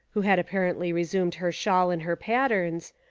who had apparently resumed her shawl and her pattens,